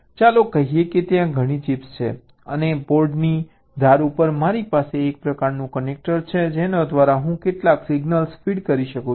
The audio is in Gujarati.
ચાલો કહીએ કે ત્યાં ઘણી ચિપ્સ છે અને બોર્ડની ધાર ઉપર મારી પાસે એક પ્રકારનું કનેક્ટર છે જેના દ્વારા હું કેટલાક સિગ્નલ્સ ફીડ કરી શકું છું